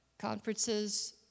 conferences